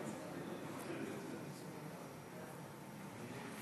ההצעה להעביר את הצעת חוק העסקת עובדי